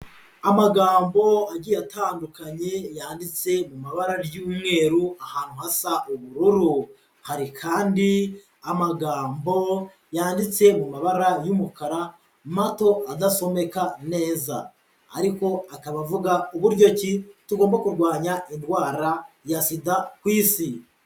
Amagambo agiye atandukanye yanditse mu mumabara ry'umweru ahantu hasa ubururu, hari kandi amagambo yanditse mu mabara y'umukara mato adasomeka neza, ariko akaba avuga uburyo ki tugomba kurwanya indwara ya SIDA ku isi.